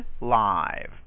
Live